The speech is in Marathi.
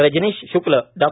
रजनीश श्क्ल डॉ